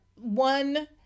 one